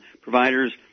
providers